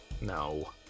No